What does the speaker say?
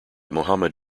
mohammed